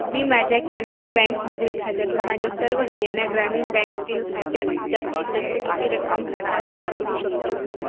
मी माझ्या कॅनरा बँकमधील खात्यातून माझ्या सर्व हरियाणा ग्रामीण बँकेतील खात्यात जास्तीत जास्त किती रक्कम हस्तांतरित करू शकतो